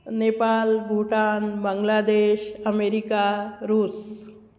Nepal Bhutan Bangladesh America रूस